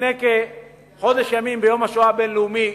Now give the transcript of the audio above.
לפני כחודש ימים, ביום השואה הבין-לאומי,